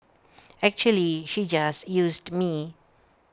actually she just used me